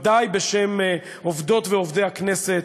ודאי בשם עובדות ועובדי הכנסת